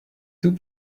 two